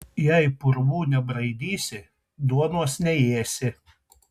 jei purvų nebraidysi duonos neėsi